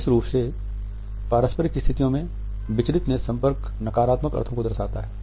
विशेष रूप से पारस्परिक स्थितियों में विचलित नेत्र संपर्क नकारात्मक अर्थों को दर्शाता हैं